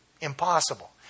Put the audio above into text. Impossible